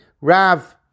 Rav